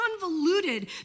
convoluted